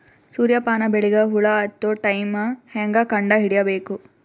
ಸೂರ್ಯ ಪಾನ ಬೆಳಿಗ ಹುಳ ಹತ್ತೊ ಟೈಮ ಹೇಂಗ ಕಂಡ ಹಿಡಿಯಬೇಕು?